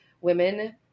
women